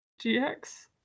GX